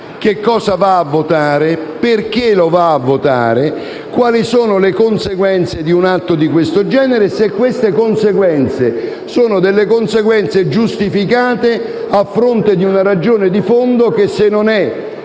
chiari cosa va a votare, perché lo fa e quali sono le conseguenze di un atto di questo genere, se sono conseguenze giustificate a fronte di una ragione di fondo che, se non è